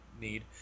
need